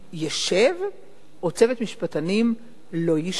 ישב או צוות משפטנים לא ישב